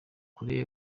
koreya